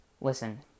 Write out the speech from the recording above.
listen